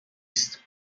است